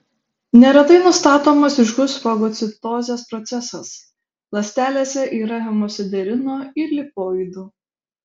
neretai nustatomas ryškus fagocitozės procesas ląstelėse yra hemosiderino ir lipoidų